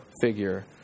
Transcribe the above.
figure